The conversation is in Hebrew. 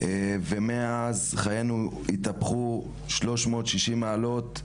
ומאז חיינו התהפכו 360 מעלות.